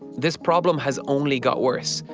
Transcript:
this problem has only got worse.